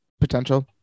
potential